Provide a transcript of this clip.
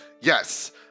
Yes